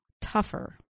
tougher